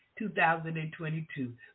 2022